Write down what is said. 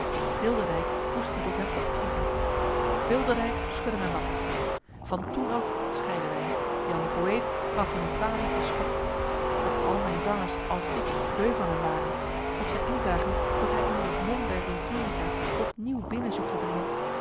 bilderdijk moest me tot hem optrekken bilderdijk schudde mij wakker van toen af scheidden wij jan de poëet gaf jan salie den schop of al mijne zangers als ik beu van hem waren of zij inzagen dat hij onder het mom der rhetorica op nieuw binnen zoekt te dringen